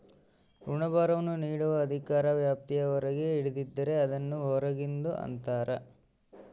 ಋಣಭಾರವನ್ನು ನೀಡುವ ಅಧಿಕಾರ ವ್ಯಾಪ್ತಿಯ ಹೊರಗೆ ಹಿಡಿದಿದ್ದರೆ, ಅದನ್ನು ಹೊರಗಿಂದು ಅಂತರ